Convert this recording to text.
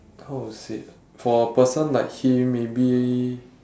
how to say for a person like him maybe